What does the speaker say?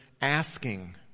asking